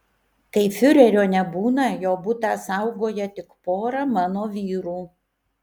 kai fiurerio nebūna jų butą saugoja tik pora mano vyrų